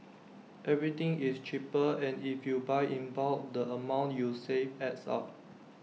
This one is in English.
everything is cheaper and if you buy in bulk the amount you save adds up